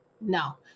no